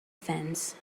fence